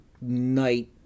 night